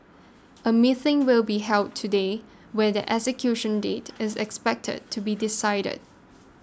a meeting will be held today where their execution date is expected to be decided